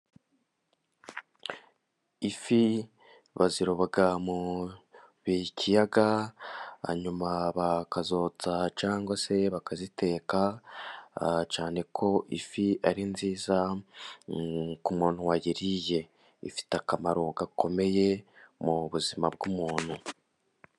Ifi baziroba mu kiyaga hanyuma bakazotsa cyangwa se bakaziteka, cyane ko ifi ari nziza ku muntu wayiriye. Ifite akamaro gakomeye mu buzima bw'umuntu.